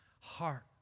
heart